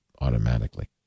automatically